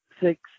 six